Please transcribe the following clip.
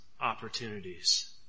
opportunities